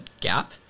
gap